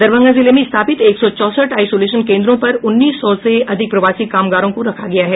दरभंगा जिले में स्थापित एक सौ चौसठ आसोलेशन केन्द्रों पर उन्नीस सौ से अधिक प्रवासी कामगारों को रखा गया है